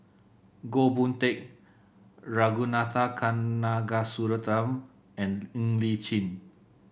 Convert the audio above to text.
Goh Boon Teck Ragunathar Kanagasuntheram and Ng Li Chin